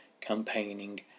campaigning